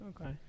Okay